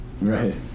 Right